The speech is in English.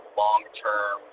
long-term